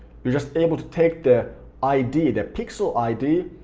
you're just able to take the id, the pixel id,